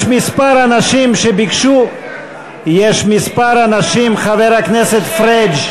יש כמה אנשים, חבר הכנסת פריג',